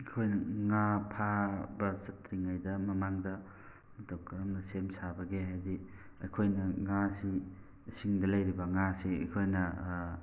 ꯑꯩꯈꯣꯏꯅ ꯉꯥ ꯐꯥꯕ ꯆꯠꯇ꯭ꯔꯤꯉꯩꯗ ꯃꯃꯥꯡꯗ ꯃꯇꯧ ꯀꯔꯝꯅ ꯁꯦꯝ ꯁꯥꯕꯒꯦ ꯍꯥꯏꯕꯗꯤ ꯑꯩꯈꯣꯏꯅ ꯉꯥ ꯑꯁꯤ ꯏꯁꯤꯡꯗ ꯂꯩꯔꯤꯕ ꯉꯥ ꯑꯁꯤ ꯑꯩꯈꯣꯏꯅ